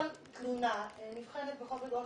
כל תלונה נבחנת בכובד ראש,